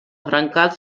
brancals